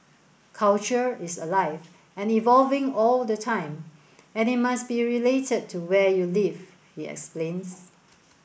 culture is alive and evolving all the time and it must be related to where you live he explains